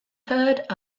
heard